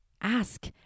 Ask